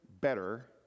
better